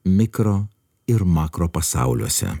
mikro ir makro pasauliuose